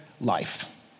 life